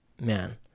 man